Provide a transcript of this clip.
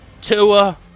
Tua